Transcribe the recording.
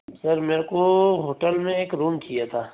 sir मेरे को hotel में एक रूम चाहिए था